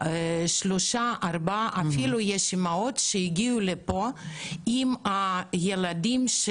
יש אפילו אימהות שהגיעו לפה עם הילדים של